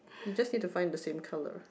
you just need to find the same colour